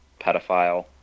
pedophile